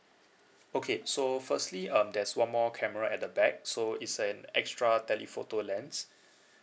okay so firstly um there's one more camera at the back so it's an extra telephoto lens